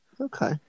Okay